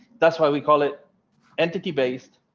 that's why we call it entity based,